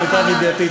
למיטב ידיעתי,